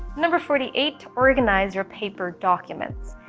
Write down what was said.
number forty eight organize your paper documents.